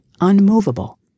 unmovable